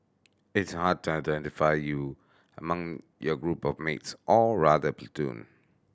it's hard to identify you among your group of mates or rather